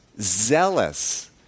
zealous